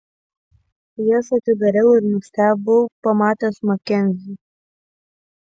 jas atidariau ir nustebau pamatęs makenzį